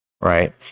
right